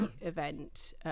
event